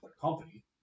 company